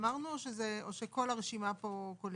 או שכל הרשימה הזאת כוללת,